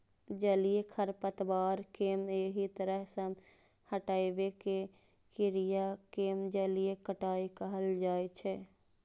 जलीय खरपतवार कें एहि तरह सं हटाबै के क्रिया कें जलीय कटाइ कहल जाइ छै